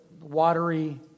watery